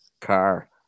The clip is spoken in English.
car